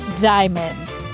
Diamond